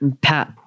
Pat